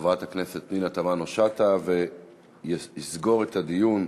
חברת הכנסת פנינה תמנו-שטה, ויסגור את הדיון,